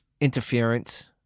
interference